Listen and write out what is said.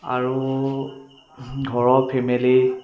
আৰু ঘৰৰ ফেমিলি